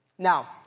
Now